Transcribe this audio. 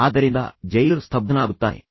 ಆದ್ದರಿಂದ ಜೈಲರ್ ಸ್ಥಬ್ಧನಾಗುತ್ತಾನೆ